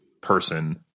person